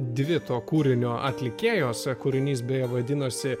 dvi to kūrinio atlikėjos kūrinys beje vadinosi